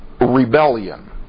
rebellion